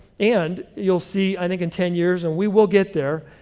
and you'll see i think in ten years, and we will get there,